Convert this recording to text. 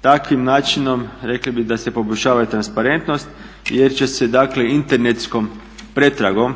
Takvim načinom rekli bi da se poboljšava transparentnost jer će se dakle internetskom pretragom